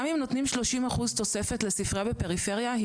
גם אם נותנים שלושים אחוז תוספת לספריה בפריפריה היא